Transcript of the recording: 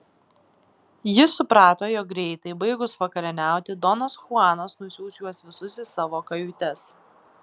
jis suprato jog greitai baigus vakarieniauti donas chuanas nusiųs juos visus į savo kajutes